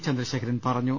ചന്ദ്രശേഖരൻ പറഞ്ഞു